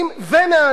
נא לסיים.